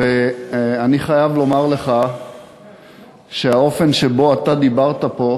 ואני חייב לומר לך שהאופן שבו אתה דיברת פה,